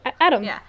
Adam